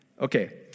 Okay